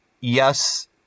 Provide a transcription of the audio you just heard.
Yes